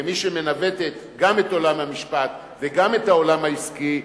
כמי שמנווטת גם את עולם המשפט וגם את העולם העסקי,